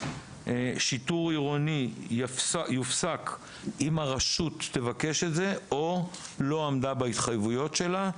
שיטור עירוני יופסק אם הרשות תבקש את זה או שלא עמדה בהתחייבויות שלה,